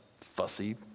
fussy